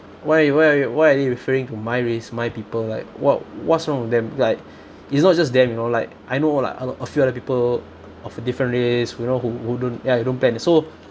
why why are y~ why are you referring to my race my people like what what's wrong with them like it's not just them you know like I know like a l~ a few other people of a different race you know who who don't ya they don't plan so